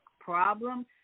problem